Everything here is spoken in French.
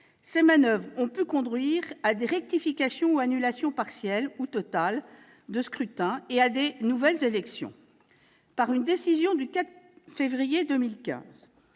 Ces manoeuvres ont pu conduire à des rectifications ou annulations partielles ou totales de scrutins et à de nouvelles élections. Par une décision du 4 février 2015,